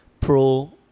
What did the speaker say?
pro